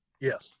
Yes